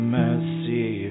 mercy